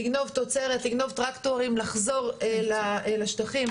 לגנוב תוצרת, לגנוב טרקטורים, לחזור לשטחים.